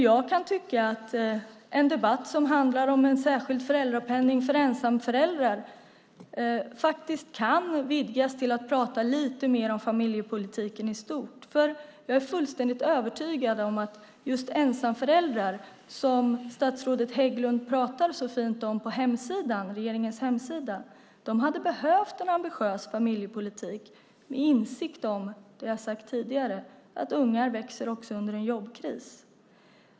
Jag kan tycka att en debatt som handlar om en särskild föräldrapenning för ensamföräldrar faktiskt kan vidgas till att prata lite mer om familjepolitiken i stort, för jag är fullständigt övertygad om att just ensamföräldrar som statsrådet Hägglund pratar så fint om på regeringens hemsida hade behövt en ambitiös familjepolitik med insikt om det som jag sagt tidigare om att ungar också växer under en jobbkris.